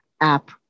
app